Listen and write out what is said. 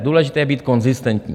Důležité je být konzistentní.